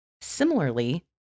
Similarly